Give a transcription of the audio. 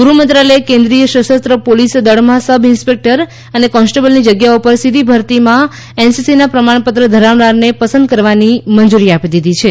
ગૃહ મંત્રાલયે કેન્દ્રિય સશસ્ત્ર પોલીસ દળમાં સબ ઇન્સ્પેક્ટર અને કોન્સ્ટેબલની જગ્યાઓ પર સીધી ભરતીમાં એનસીસીના પ્રમાણપત્ર ધરાવનારને પસંદ કરવાની મંજૂરી આપી દીધી છે